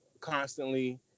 constantly